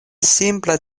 simpla